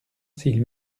s’il